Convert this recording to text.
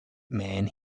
man